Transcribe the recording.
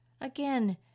Again